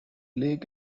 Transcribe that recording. lake